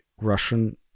russian